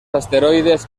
asteroides